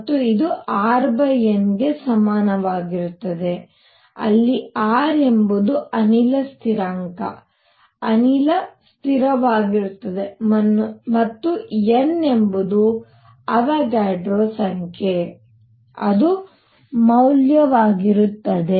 ಮತ್ತು ಇದು R N ಗೆ ಸಮಾನವಾಗಿರುತ್ತದೆ ಅಲ್ಲಿ R ಎಂಬುದು ಅನಿಲ ಸ್ಥಿರಾಂಕ ಅನಿಲ ಸ್ಥಿರವಾಗಿರುತ್ತದೆ ಮತ್ತು N ಎಂಬುದು ಅವೊಗಡ್ರೊ ಸಂಖ್ಯೆ ಅದು ಮೌಲ್ಯವಾಗಿರುತ್ತದೆ